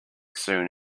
soon